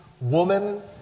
woman